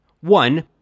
One